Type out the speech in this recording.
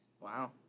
Wow